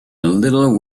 little